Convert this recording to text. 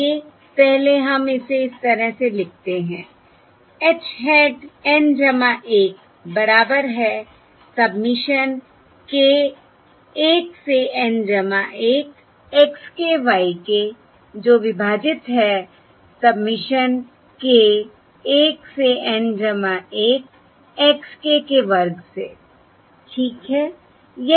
आइए पहले हम इसे इस तरह से लिखते हैं h hat N 1 बराबर है सबमिशन k 1 से N 1 x k y k जो विभाजित है सबमिशन k 1 से N 1 x k के वर्ग से ठीक है